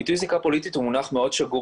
הביטוי זיקה פוליטית הוא מונח מאוד שגור